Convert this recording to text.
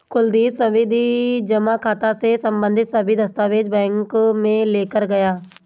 कुलदीप सावधि जमा खाता से संबंधित सभी दस्तावेज बैंक में लेकर गया